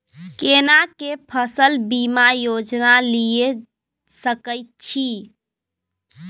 केना के फसल बीमा योजना लीए सके छी?